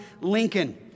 Lincoln